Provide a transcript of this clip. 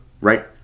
right